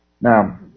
Now